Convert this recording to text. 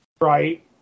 Right